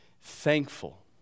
thankful